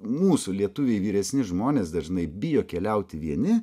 mūsų lietuviai vyresni žmonės dažnai bijo keliauti vieni